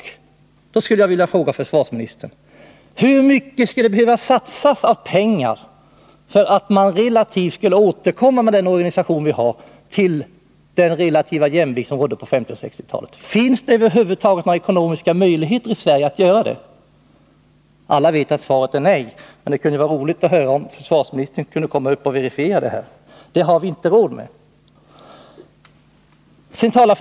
Jag vill därför fråga försvarsministern: Hur mycket pengar skulle det behöva satsas för att vi med nuvarande organisation skall återfå den relativa jämvikt som rådde på 1950 och 1960-talen? Finns det över huvud taget några ekonomiska möjligheter i Sverige att göra detta? Alla vet att svaret är nej, men det kunde vara roligt att höra försvarsministern verifiera detta. Vi har nämligen inte råd.